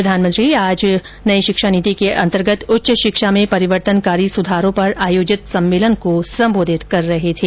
प्रधानमंत्री आज नई शिक्षा नीति के अंतर्गत उच्च शिक्षा में परिवर्तनकारी सुधारों पर आयोजित एक सम्मेलन को संबोधित कर रहे थे